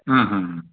ಹಾಂ ಹಾಂ ಹಾಂ